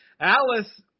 Alice